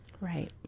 right